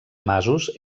masos